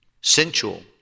sensual